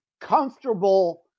comfortable